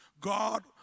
God